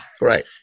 Right